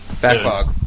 Backlog